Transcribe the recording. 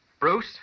Bruce